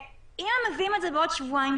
אם הם מביאים את זה בעוד שבועיים-שלושה,